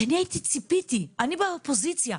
אני באופוזיציה,